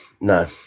no